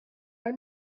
are